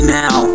now